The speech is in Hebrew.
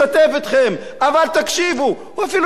אבל תקשיבו, הוא אפילו מצפצף על הכנסת.